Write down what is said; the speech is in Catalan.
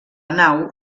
nau